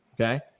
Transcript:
okay